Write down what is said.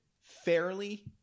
fairly